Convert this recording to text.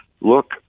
look